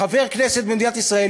חבר כנסת במדינת ישראל,